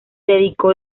dedicó